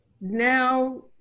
now